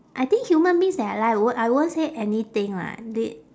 I think human beings that alive w~ I won't say anything lah they